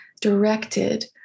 directed